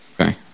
Okay